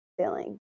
feeling